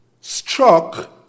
struck